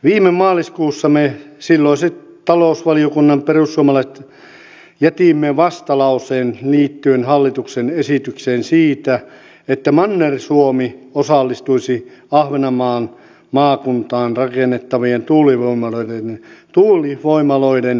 viime maaliskuussa me silloiset talousvaliokunnan perussuomalaiset jätimme vastalauseen liittyen hallituksen esitykseen siitä että manner suomi osallistuisi ahvenanmaan maakuntaan rakennettavien tuulivoimaloiden syöttötariffien kustannuksiin